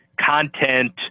content